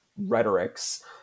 Rhetorics